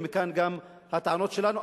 ומכאן גם הטענות שלנו,